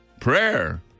Prayer